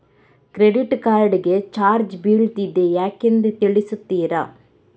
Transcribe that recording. Credit card ಗೆ charge ಬೀಳ್ತಿದೆ ಯಾಕೆಂದು ತಿಳಿಸುತ್ತೀರಾ?